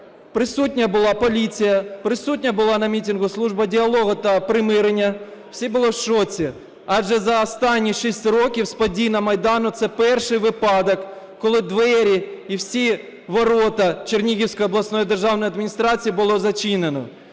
Присутня була поліція, присутня була на мітингу Служба діалогу та примирення. Всі були в шоці, адже за останні 6 років з подій на Майдані це перший випадок, коли двері і всі ворота Чернігівської обласної державної адміністрації було зачинено.